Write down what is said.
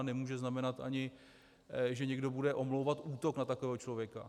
Nemůže znamenat ani, že někdo bude omlouvat útok na takového člověka.